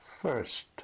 First